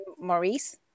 Maurice